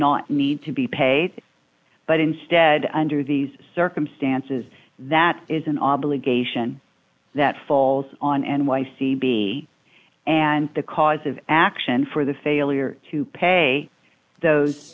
not need to be paid but instead under these circumstances that is an obligation that falls on and y c be and the cause of action for the failure to pay those